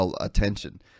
attention